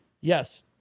yes